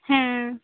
ᱦᱮᱸ